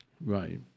Right